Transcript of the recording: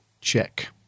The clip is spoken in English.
check